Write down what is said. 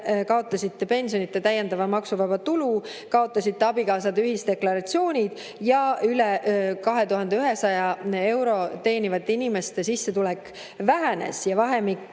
kaotasite pensionide täiendava maksuvaba tulu, kaotasite abikaasade ühisdeklaratsiooni. Üle 2100 euro teenivate inimeste sissetulek vähenes ja vahemikus